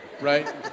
right